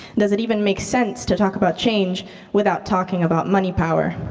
does it even make sense to talk about change without talking about money power?